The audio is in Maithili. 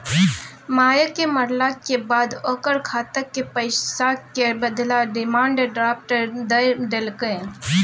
मायक मरलाक बाद ओकर खातक पैसाक बदला डिमांड ड्राफट दए देलकै